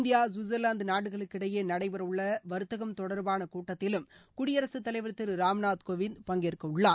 India Switzerland நாடுகளுக்கிடையே நடைபெறவுள்ள வாத்தகம் தொடா்பான கூட்டத்திலும் குடியரசுத் தலைவர் திரு ராம்நாத் கோவிந்த் பங்கேற்க உள்ளார்